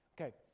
Okay